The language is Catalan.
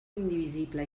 indivisible